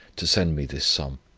to send me this sum.